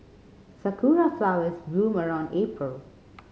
sakura flowers bloom around April